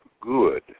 good